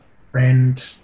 friend